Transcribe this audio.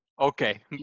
Okay